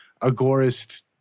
agorist